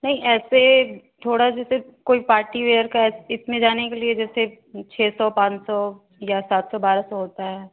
नही ऐसे थोड़ा जैसे कोई पार्टी वियर का इसमें जाने के लिए जैसे छः सौ पाँच सौ या सात सौ बारह सौ होता है